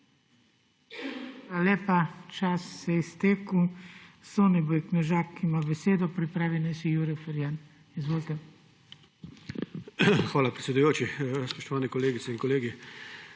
Hvala, predsedujoči. Spoštovani kolegice in kolegi!